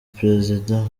président